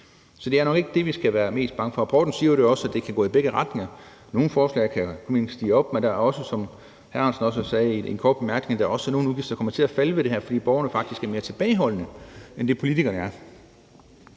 Så det er nok ikke det, vi skal være mest bange for. Rapporten siger jo også, at det kan gå i begge retninger. Nogle forslag kan få udgifterne til at stige, men som hr. Alex Ahrendtsen også sagde i en kort bemærkning, er der også nogle udgifter, der kommer til at falde ved det her, fordi borgerne faktisk er mere tilbageholdende, end politikerne er.